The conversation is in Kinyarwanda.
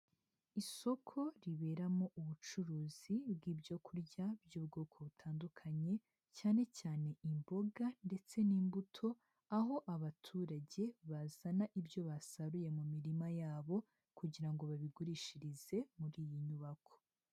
Isoko riberamo ubucuruzi bw'ibyo kurya by'ubwoko butandukanye cyane cyane imboga ndetse n'imbuto, aho abaturage bazana ibyo basaruye mu mirima yabo kugira ngo babigurishirize muri iyi nyubako.